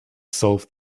solved